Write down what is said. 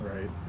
right